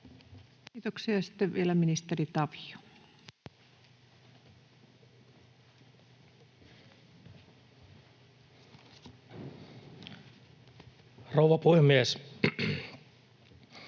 Kiitoksia. — Sitten vielä ministeri Tavio. Rouva puhemies!